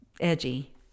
edgy